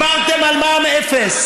אלעזר, שנה דיברתם על מע"מ אפס.